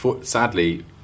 sadly